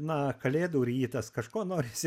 na kalėdų rytas kažko norisi